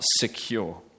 secure